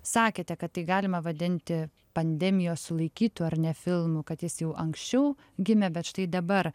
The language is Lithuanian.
sakėte kad tai galima vadinti pandemijos sulaikytu ar ne filmu kad jis jau anksčiau gimė bet štai dabar